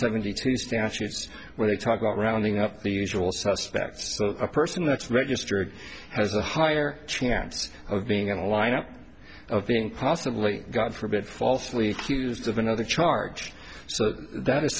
seventy two statutes where they talk about rounding up the usual suspects a person that's registered has a higher chance of being in a lineup of being possibly god forbid falsely accused of another charge so that i